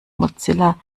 mozilla